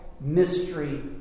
mystery